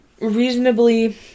Reasonably